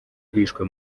bishwe